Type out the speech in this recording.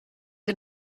den